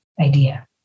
idea